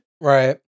Right